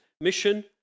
mission